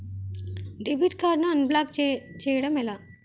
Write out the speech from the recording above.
Debit card ను unblock block చేయటం ఎలా?